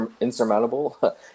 insurmountable